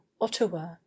ottawa